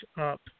up